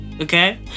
okay